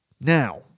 now